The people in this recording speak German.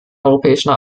europäischen